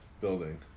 building